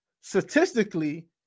statistically